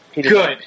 Good